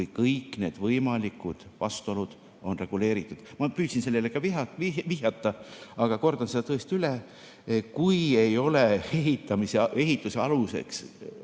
kui kõik need võimalikud vastuolud on reguleeritud. Ma püüdsin sellele ka vihjata, aga kordan selle tõesti üle. Kui ei ole ehituse aluseks vajalikke